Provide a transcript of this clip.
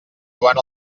joan